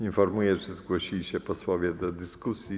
Informuję, że zgłosili się posłowie do dyskusji.